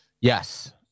Yes